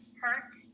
hurt